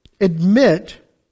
Admit